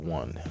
one